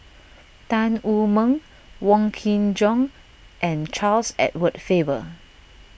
Tan Wu Meng Wong Kin Jong and Charles Edward Faber